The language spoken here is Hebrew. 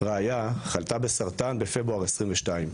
רעיה חלתה בסרטן בפברואר 22,